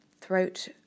throat